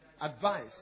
advice